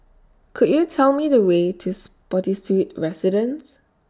Could YOU Tell Me The Way to Spottiswoode Residences